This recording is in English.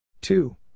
two